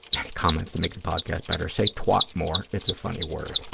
any comments to make the podcast better? say twat more. it's a funny word.